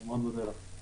אני מאוד מודה לך.